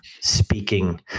speaking